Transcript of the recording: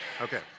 Okay